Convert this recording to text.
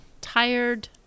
tired